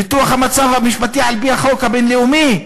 ניתוח המצב המשפטי על-פי החוק הבין-לאומי,